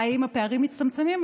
האם הפערים מצטמצמים?